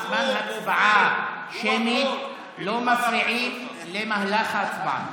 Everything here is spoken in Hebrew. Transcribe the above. בזמן הצבעה שמית לא מפריעים למהלך ההצבעה.